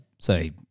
say